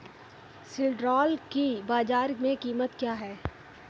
सिल्ड्राल की बाजार में कीमत क्या है?